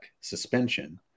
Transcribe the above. Suspension